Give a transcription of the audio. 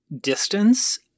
distance